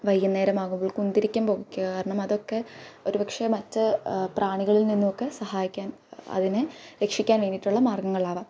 വൈകുന്നേരമാകുമ്പോൾ കുന്തിരിക്കം പുകയ്ക്കുക കാരണം അതൊക്കെ ഒരു പക്ഷെ മറ്റ് പ്രാണികളിൽ നിന്നുമൊക്കെ സഹായിക്കാൻ അതിനെ രക്ഷിക്കാൻ വേണ്ടിയിട്ടുള്ള മാർഗങ്ങളാവാം